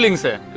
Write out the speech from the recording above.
like sir